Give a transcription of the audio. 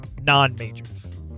non-majors